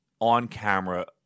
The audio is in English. on-camera